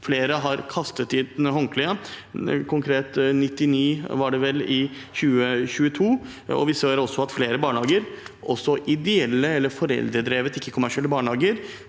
Flere har kastet inn håndkleet. Konkret var det vel 99 i 2022. Vi ser også at flere barnehager, også ideelle eller foreldredrevne ikke-kommersielle barnehager,